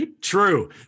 True